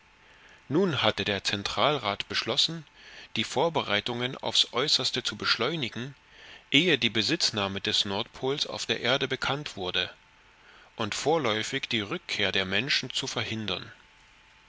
nun hatte der zentralrat beschlossen die vorbereitungen aufs äußerste zu beschleunigen ehe die besitznahme des nordpols auf der erde bekannt wurde und vorläufig die rückkehr der menschen zu verhindern